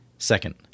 Second